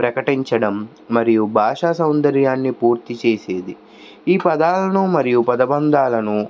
ప్రకటించడం మరియు భాషా సౌందర్యాన్ని పూర్తిచేసేది ఈ పదాలను మరియు పదబంధాలను